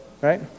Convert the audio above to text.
Right